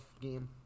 game